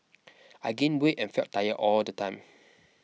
I gained weight and felt tired all the time